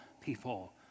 people